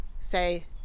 say